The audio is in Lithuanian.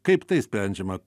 kaip tai sprendžiama